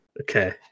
Okay